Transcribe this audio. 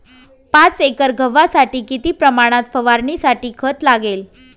पाच एकर गव्हासाठी किती प्रमाणात फवारणीसाठी खत लागेल?